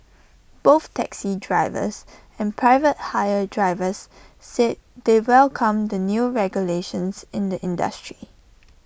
both taxi drivers and private hire drivers said they welcome the new regulations in the industry